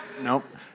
Nope